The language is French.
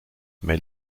mais